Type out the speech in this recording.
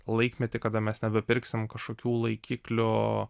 laikmetį kada mes nebepirksim kažkokių laikiklių